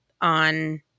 on –